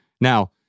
Now